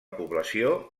població